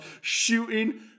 shooting